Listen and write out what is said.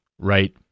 right